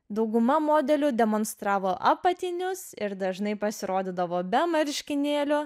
dauguma modelių demonstravo apatinius ir dažnai pasirodydavo be marškinėlių